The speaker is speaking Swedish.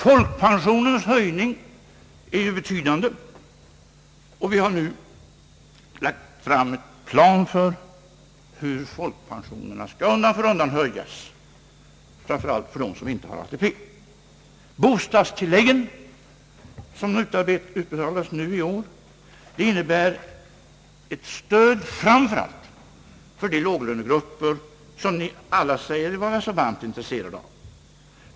Höj ningen av folkpensionerna är betydande, och vi har nu lagt fram en plan för hur folkpensionen undan för undan skall höjas framför allt för de människor som inte har ATP. De nya bostadstilläggen, som utbetalas från och med i år, innebär ett stöd framför allt för de låglönegrupper, som ni alla säger er vara så varmt intresserade av.